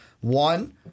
one